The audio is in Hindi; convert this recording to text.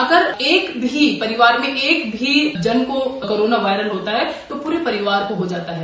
अगर एक भी परिवार में एक भी जन को कोरोना वायरस होता है तो पूरे परिवार को हो जाता है